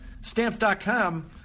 Stamps.com